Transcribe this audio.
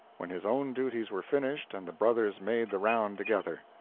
when his own duties were finished, and the brothers made the round together.